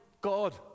God